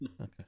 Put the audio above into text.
Okay